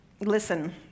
Listen